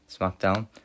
SmackDown